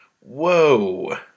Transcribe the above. Whoa